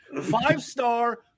Five-star